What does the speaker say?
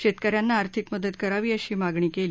शेतकऱ्यांना आर्थिक मदत करावी अशी मागणी केली